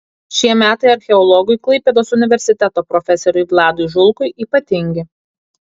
šie metai archeologui klaipėdos universiteto profesoriui vladui žulkui ypatingi